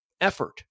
effort